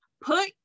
put